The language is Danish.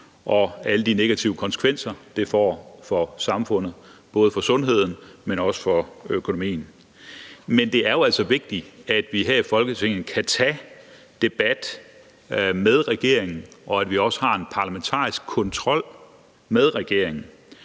med alle de negative konsekvenser, det får for samfundet – både for sundheden, men også for økonomien. Men det er jo altså vigtigt, at vi her i Folketinget kan tage en debat med regeringen, og at vi også har en parlamentarisk kontrol med regeringen,